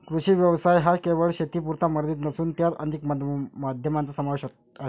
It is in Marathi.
कृषी व्यवसाय हा केवळ शेतीपुरता मर्यादित नसून त्यात अनेक माध्यमांचा समावेश आहे